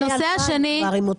אבל הטווח --- תודה, תודה, רבותיי.